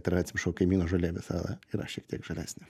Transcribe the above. tai yra atsiprašau kaimyno žolė visada yra šiek tiek žalesnė